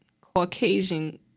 Caucasian